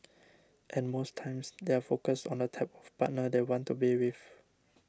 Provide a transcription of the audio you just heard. and most times they are focused on the type of partner they want to be with